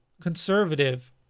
conservative